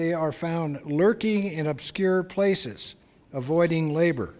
they are found lurking in obscure places avoiding labor